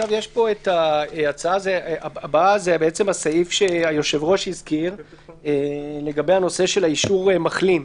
ההצעה הבאה זה הסעיף שהיושב-ראש הזכיר לגבי הנושא של האישור מחלים.